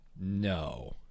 No